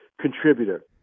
contributor